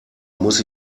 muss